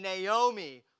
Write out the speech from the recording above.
Naomi